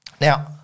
Now